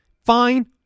Fine